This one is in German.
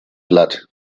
platt